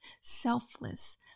selfless